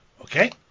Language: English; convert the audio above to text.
okay